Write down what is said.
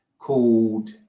Called